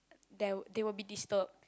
there they will be disturbed